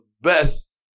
best